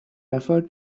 refer